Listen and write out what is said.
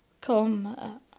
come